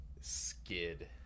skid